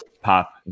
pop